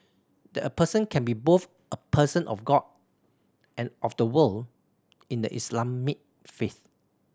that a person can be both a person of God and of the world in the Islamic faith